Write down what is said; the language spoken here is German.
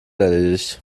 erledigt